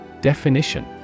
Definition